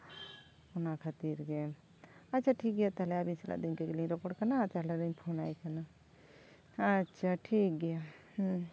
ᱚᱱᱟ ᱠᱷᱟᱹᱛᱤᱨ ᱜᱮ ᱟᱪᱪᱷᱟ ᱴᱷᱤᱠᱜᱮᱭᱟ ᱛᱚᱵᱮ ᱟᱵᱤᱱ ᱥᱟᱞᱟᱜ ᱫᱚ ᱤᱱᱠᱟᱹ ᱜᱮᱞᱤᱧ ᱨᱚᱯᱚᱲ ᱠᱟᱱᱟ ᱛᱟᱦᱞᱮ ᱞᱤᱧ ᱯᱷᱳᱱᱟᱭ ᱠᱟᱱᱟ ᱟᱪᱪᱷᱟ ᱴᱷᱤᱠ ᱜᱮᱭᱟ